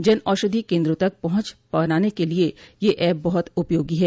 जन औषधि केंद्रों तक पहुंच बनाने के लिए यह एप बहुत उपयागी है